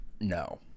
no